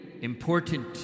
important